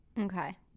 Okay